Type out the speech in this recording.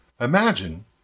Imagine